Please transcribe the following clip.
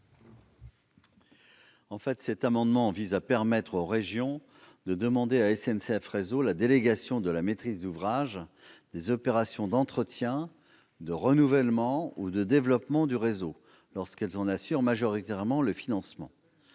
? Cet amendement vise à permettre aux régions de demander à SNCF Réseau la délégation de la maîtrise d'ouvrage des opérations d'entretien, de renouvellement ou de développement du réseau lorsqu'elles en assurent majoritairement le financement.